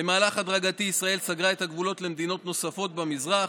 במהלך הדרגתי ישראל סגרה את הגבולות למדינות נוספות במזרח,